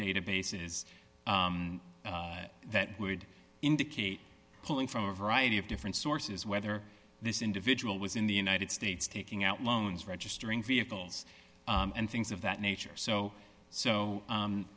databases that would indicate pulling from a variety of different sources whether this individual was in the united states taking out loans registering vehicles and things of that nature so so